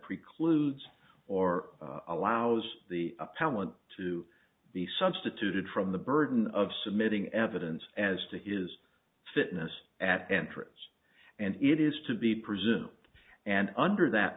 precludes or allows the appellant to be substituted from the burden of submitting evidence as to his fitness at the entrance and it is to be present and under that